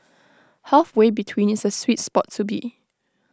halfway between is the sweet spot to be